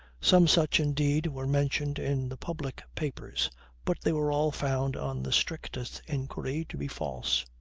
some such, indeed, were mentioned in the public papers but they were all found on the strictest inquiry, to be false.